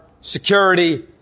security